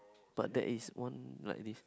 but that is one like this